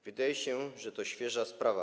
Wydaje się, że to świeża sprawa.